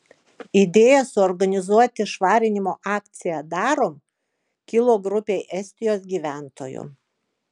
idėja suorganizuoti švarinimo akciją darom kilo grupei estijos gyventojų